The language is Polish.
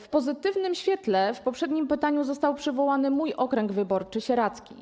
W pozytywnym świetle w poprzednim pytaniu został przywołany mój okręg wyborczy, sieradzki.